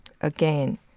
Again